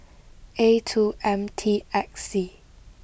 A two M T X C